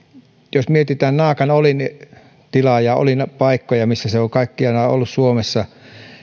jos mietitään naakan olintilaa ja olinpaikkoja missä kaikkialla se on ollut suomessa